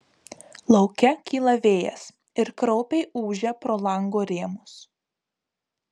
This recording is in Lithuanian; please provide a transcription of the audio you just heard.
lauke kyla vėjas ir kraupiai ūžia pro lango rėmus